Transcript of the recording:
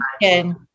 again